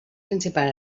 principal